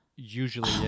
usually